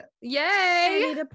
yay